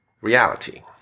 reality